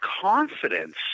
confidence